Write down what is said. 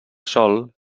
sol